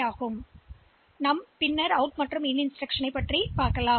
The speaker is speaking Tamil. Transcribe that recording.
எனவே இதை நாங்கள் பின்னர் பார்ப்போம்